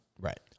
Right